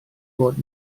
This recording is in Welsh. bod